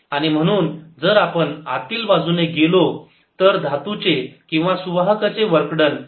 आणि म्हणून जर आपण आतील बाजूने गेलो तर धातूचे किंवा सुवाहकाचे वर्क डन हे 0 आहे